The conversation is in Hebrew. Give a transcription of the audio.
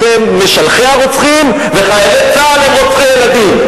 אתם משלחי הרוצחים וחיילי צה"ל הם רוצחי ילדים.